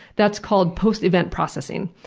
that's called post-event processing.